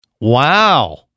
Wow